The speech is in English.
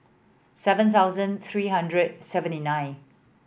seven thousand three hundred seventy nine